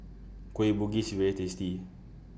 Kueh Bugis IS very tasty